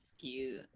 cute